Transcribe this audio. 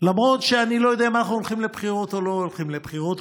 למרות שאני לא יודע אם אנחנו הולכים לבחירות או לא הולכים לבחירות,